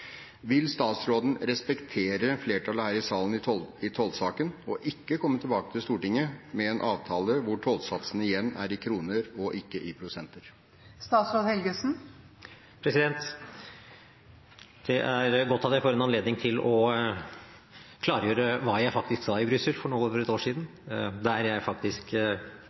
Vil statsråden respektere flertallet her i salen i tollsaken, og ikke komme tilbake til Stortinget med en avtale hvor tollsatsen igjen er i kroner og ikke i prosenter? Det er godt at jeg får anledning til å klargjøre hva jeg faktisk sa i Brussel for over et år siden. Der ga jeg